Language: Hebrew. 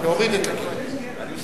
להוריד את הגיל עוד יותר.